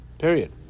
Period